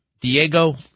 Diego